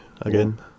again